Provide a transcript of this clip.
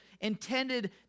intended